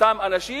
אותם אנשים,